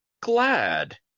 glad